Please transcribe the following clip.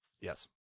Yes